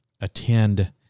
attend